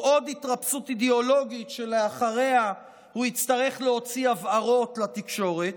או עוד התרפסות אידיאולוגית שאחריה הוא יצטרך להוציא הבהרות לתקשורת,